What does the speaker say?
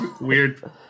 Weird